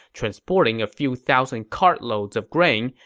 transporting a few thousand cartloads of grain,